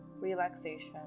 relaxation